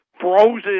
frozen